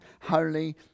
Holy